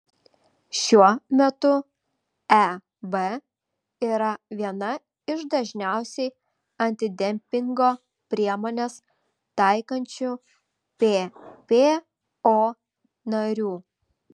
šiuo metu eb yra viena iš dažniausiai antidempingo priemones taikančių ppo narių